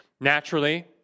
Naturally